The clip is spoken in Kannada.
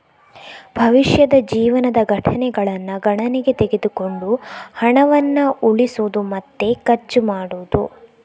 ಭವಿಷ್ಯದ ಜೀವನದ ಘಟನೆಗಳನ್ನ ಗಣನೆಗೆ ತೆಗೆದುಕೊಂಡು ಹಣವನ್ನ ಉಳಿಸುದು ಮತ್ತೆ ಖರ್ಚು ಮಾಡುದು